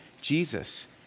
Jesus